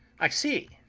i see,